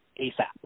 ASAP